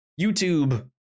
youtube